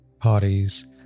parties